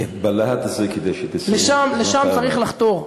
כן, בלהט הזה, כדי שתסיים, לשם צריך לחתור.